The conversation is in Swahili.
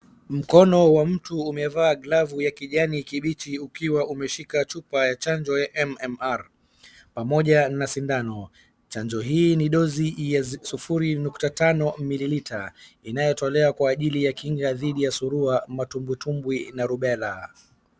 Mkono wa mtu umevaa glavu ya kijani kibichi ukiwa umeshika chupa ya chanjo ya MMR pamoja na sindano. Chanjo hii ni dosi ya sufuri nukta tano mililita, inayotolewa kwa ajili ya kinga dhidi y surua mtumbwitumbwi na rubela.